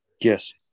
Yes